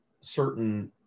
certain